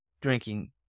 drinking